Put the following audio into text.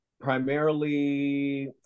primarily